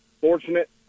fortunate